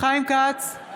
חיים כץ,